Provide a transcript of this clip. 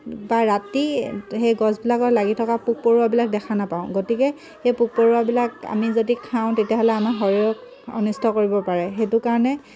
বা ৰাতি সেই গছবিলাকত লাগি থকা পোক পৰুৱাবিলাক দেখা নাপাওঁ গতিকে সেই পোক পৰুৱাবিলাক আমি যদি খাওঁ তেতিয়াহ'লে আমাৰ শৰীৰক অনিষ্ট কৰিব পাৰে সেইটো কাৰণে